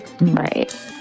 Right